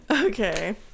Okay